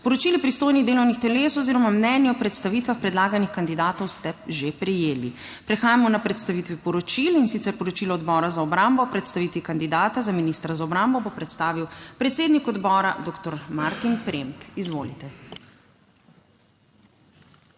Poročili pristojnih delovnih teles oziroma mnenj o predstavitvah predlaganih kandidatov ste že prejeli. Prehajamo na predstavitvi poročil, in sicer poročilo Odbora za obrambo o predstavitvi kandidata za ministra za obrambo, bo predstavil predsednik odbora dr. Martin Premk. Izvolite.